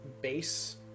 base